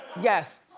yes.